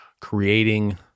creating